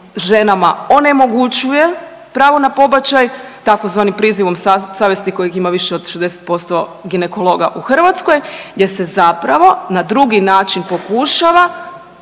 ženama onemogućuje pravo na pobačaj tzv. prizivom savjesti kojih ima više od 60% ginekologa u Hrvatskoj gdje se zapravo na drugi način pokušava